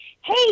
Hey